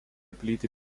plyti